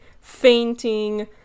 fainting